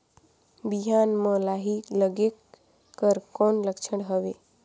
बिहान म लाही लगेक कर कौन लक्षण हवे?